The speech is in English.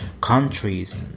countries